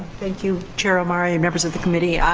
thank you, chair omari and members of the committee.